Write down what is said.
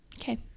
okay